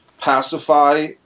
pacify